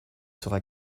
sera